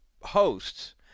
hosts